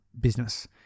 business